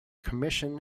commission